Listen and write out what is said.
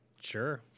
sure